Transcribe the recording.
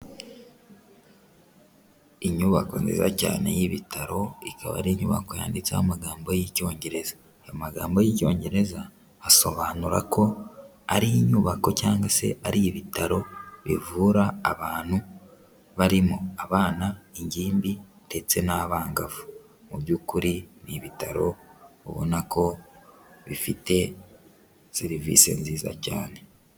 Inyubako nziza cyane y'ibitaro ikaba ari inyubako yanditseho amagambo y'icyongereza. Ayo magambo y'icyongereza asobanura ko ari inyubako cyangwa se ari ibitaro bivura abantu barimo abana, ingimbi ndetse n'abangavu. Mu by'ukuri ni ibitaro ubona ko bifite serivisi nziza cyane.